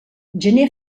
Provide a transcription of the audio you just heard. gener